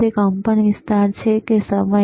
તે કંપનવિસ્તાર છે કે સમય